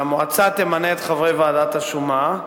שהמועצה תמנה את חברי ועדת השומה,